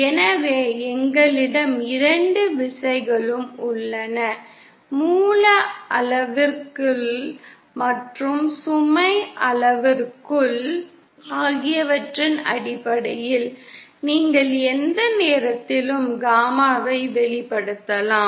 எனவே எங்களிடம் இரண்டு விசைகளும் உள்ளன மூல அளவுருக்கள் மற்றும் சுமை அளவுருக்கள் ஆகியவற்றின் அடிப்படையில் நீங்கள் எந்த நேரத்திலும் காமாவை வெளிப்படுத்தலாம்